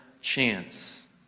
chance